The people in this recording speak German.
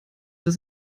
das